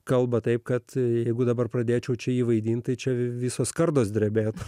kalba taip kad jeigu dabar pradėčiau čia jį vaidinti čia visos kartos drebėti